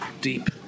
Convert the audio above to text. deep